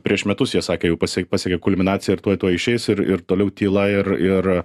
prieš metus jie sakė jau pasie pasiekė kulminaciją ir tuoj tuoj išeis ir ir toliau tyla ir ir